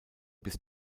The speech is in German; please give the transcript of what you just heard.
bis